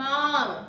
Mom